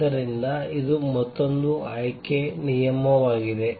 ಆದ್ದರಿಂದ ಇದು ಮತ್ತೊಂದು ಆಯ್ಕೆ ನಿಯಮವಾಗಿದೆ